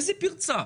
איזו פרצה?